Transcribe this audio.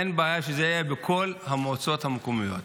אין בעיה שזה יהיה בכל המועצות המקומיות,